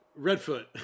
redfoot